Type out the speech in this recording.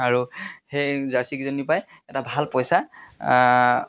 আৰু সেই জাৰ্চিকেইজনীৰ পৰাই এটা ভাল পইচা